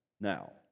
now